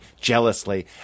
jealously